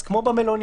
אז כמו במלוניות,